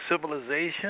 civilization